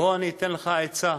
בוא אני אתן לך עצה